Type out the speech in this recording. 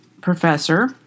professor